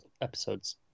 episodes